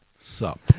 Sup